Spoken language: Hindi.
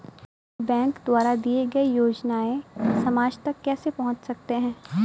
बैंक द्वारा दिए गए योजनाएँ समाज तक कैसे पहुँच सकते हैं?